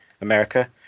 America